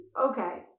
okay